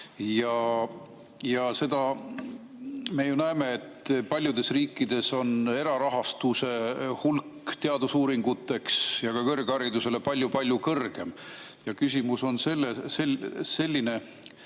Ja seda me ju näeme, et paljudes riikides on erarahastuse hulk teadusuuringuteks ja ka kõrgharidusele palju-palju suurem. Küsimus on teile